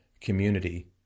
community